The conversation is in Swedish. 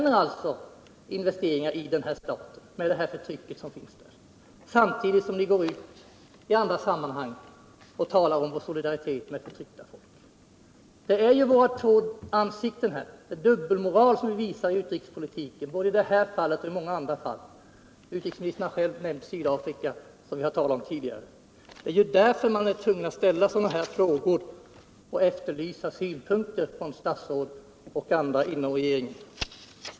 Ni godkänner investeringar i denna stat, med det förtryck som råder där, samtidigt som ni går ut i andra sammanhang och talar om vår solidaritet med förtryckta folk. Det är våra två ansikten, med den dubbelmoral som vi visar i utrikespolitiken både i det här fallet och i många andra fall. Utrikesministern har själv nämnt Sydafrika, som vi också har talat om tidigare. Det är ju därför som man är tvungen att ställa sådana frågor och efterlysa synpunkter från statsrådet och andra inom regeringen!